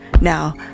Now